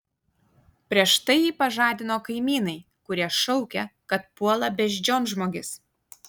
prieš tai jį pažadino kaimynai kurie šaukė kad puola beždžionžmogis